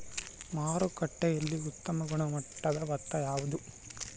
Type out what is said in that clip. ಮಾರುಕಟ್ಟೆಯಲ್ಲಿ ಉತ್ತಮ ಗುಣಮಟ್ಟದ ಭತ್ತ ಯಾವುದು?